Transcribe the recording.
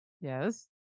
Yes